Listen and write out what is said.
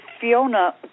Fiona